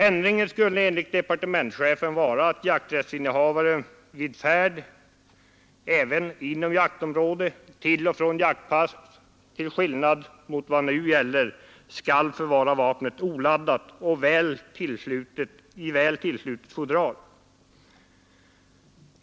Ändringen skulle enligt departementschefen vara att jakträttsinnehavare vid färd även inom jaktområde till och från jaktpass, till skillnad mot vad nu gäller, skall förvara vapnet oladdat och i väl tillslutet fodral.